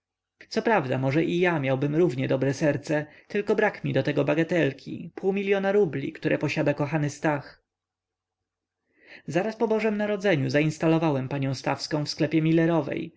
kochać coprawda może i ja miałbym równie dobre serce tylko brak mi do niego bagatelki pół miliona rubli które posiada kochany stach zaraz po bożem narodzeniu zainstalowałem panią stawską w sklepie